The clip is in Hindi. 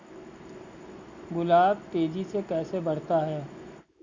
गुलाब तेजी से कैसे बढ़ता है?